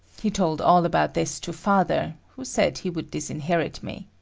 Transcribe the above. he told all about this to father, who said he would disinherit me.